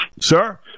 Sir